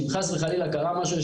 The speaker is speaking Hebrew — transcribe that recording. שאם חס וחלילה קרה משהו,